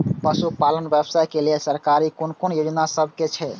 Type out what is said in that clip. पशु पालन व्यवसाय के लेल सरकारी कुन कुन योजना सब छै?